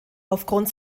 aufgrund